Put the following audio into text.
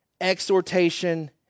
exhortation